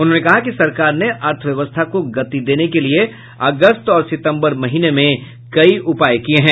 उन्होंने कहा कि सरकार ने अर्थव्यवस्था को गति देने के लिए अगस्त और सितंबर महीने में कई उपाय किए हैं